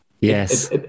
yes